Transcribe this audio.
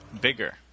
bigger